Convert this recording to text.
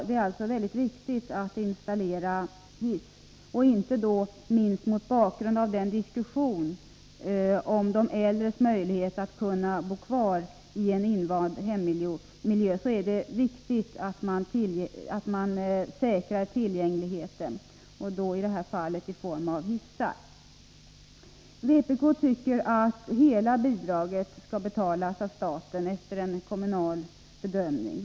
Det är därför mycket viktigt att hissar installeras. Inte minst mot bakgrund av den diskussion om de äldres möjligheter att bo kvar i en invand hemmiljö är det viktigt att tillgängligheten säkras, och det kan ske bl.a. genom installation av hiss. Vpk tycker att hela bidraget skall betalas av staten efter en kommunal bedömning.